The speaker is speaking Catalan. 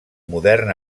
modern